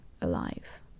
alive